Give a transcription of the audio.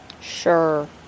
Sure